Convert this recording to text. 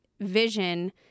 vision